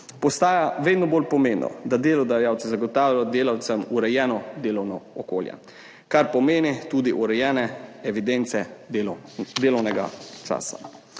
postaja vedno bolj pomembno, da delodajalci zagotavljajo delavcem urejeno delovno okolje, kar pomeni tudi urejene evidence delovnega časa.